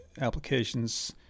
applications